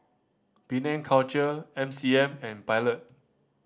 Penang Culture M C M and Pilot